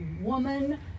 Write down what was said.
woman